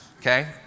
okay